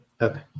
Okay